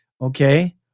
okay